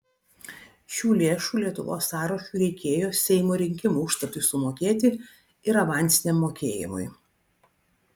šių lėšų lietuvos sąrašui reikėjo seimo rinkimų užstatui sumokėti ir avansiniam mokėjimui